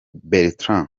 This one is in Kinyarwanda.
bertrand